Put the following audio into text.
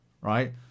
right